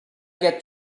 get